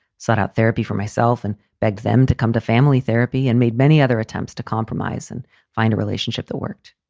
sought out therapy for myself and begged them to come to family therapy and made many other attempts to compromise and find a relationship that worked.